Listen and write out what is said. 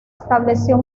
estableció